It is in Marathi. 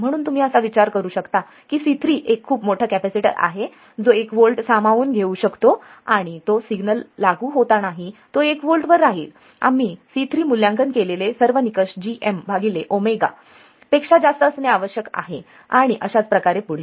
म्हणून तुम्ही असा विचार करू शकता की C3 एक खूप मोठा कॅपेसिटर आहे जो एक व्होल्ट सामावून ठेवू शकतो आणि तो सिग्नल लागू होतानाही तो एक व्होल्ट वर राहील आम्ही C3 मूल्यांकन केलेले सर्व निकष g m भागिले ओमेगा पेक्षा जास्त असणे आवश्यक आहे आणि अशाच प्रकारे पुढे